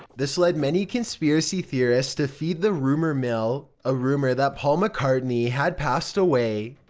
this led many conspiracy theorists to feed the rumor mill a rumor that paul mccartney had passed away.